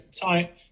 tight